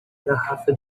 garrafa